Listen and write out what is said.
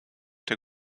der